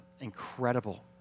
incredible